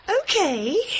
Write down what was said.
Okay